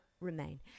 remain